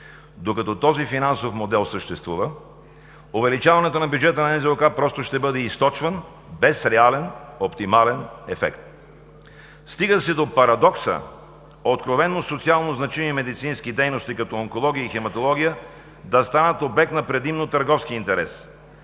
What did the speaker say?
Докато този финансов модел съществува, увеличаването на бюджета на НЗОК просто ще бъде източван, без реален оптимален ефект. Стига се до парадокса откровено социално значими медицински дейности като онкология и хематология да станат обект на предимно търговски интерес.